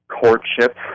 courtship